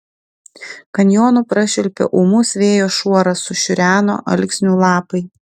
kanjonu prašvilpė ūmus vėjo šuoras sušiureno alksnių lapai